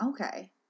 Okay